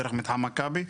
דרך מתחם מכבי.